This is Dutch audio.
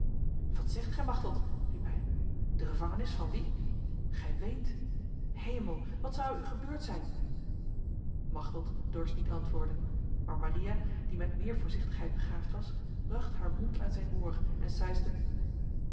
wat zegt gij machteld riep hij de gevangenis van wie gij weent hemel wat zou er u gebeurd zijn machteld dorst niet antwoorden maar maria die met meer voorzichtigheid begaafd was bracht haar mond aan zijn oor en suisde